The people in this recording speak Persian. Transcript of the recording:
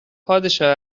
پادشاه